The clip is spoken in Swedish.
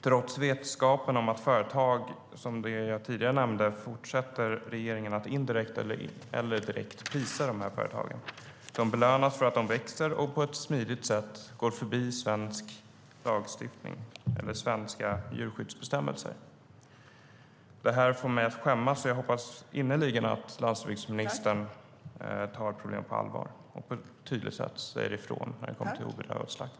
Trots vetskapen om företag som det jag tidigare nämnde fortsätter regeringen att indirekt eller direkt prisa företagen. De belönas för att de växer och på ett smidigt sätt går förbi svensk lagstiftning eller svenska djurskyddsbestämmelser. Detta får mig att skämmas, och jag hoppas innerligen att landsbygdsministern tar problemet på allvar och på ett tydligt sätt säger ifrån när det kommer till obedövad slakt.